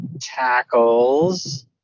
tackles